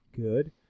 good